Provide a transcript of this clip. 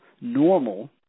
normal